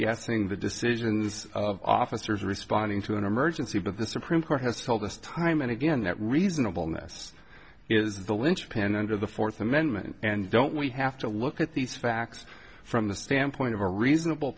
guessing the decisions of officers responding to an emergency but the supreme court has told us time and again that reasonable ness is the linchpin under the fourth amendment and don't we have to look at these facts from the standpoint of a reasonable